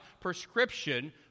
Prescription